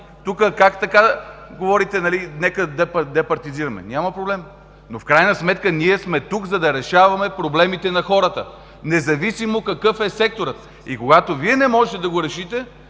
Тук как така говорите: нека да не партизираме – няма проблем, но в крайна сметка ние сме тук, за да решаваме проблемите на хората, независимо какъв е секторът. И когато Вие не можете да го решите,